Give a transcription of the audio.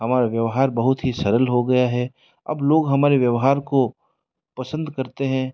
हमारे व्यवहार बहुत ही सरल हो गया है अब लोग हमारे व्यवहार को पसंद करते हैं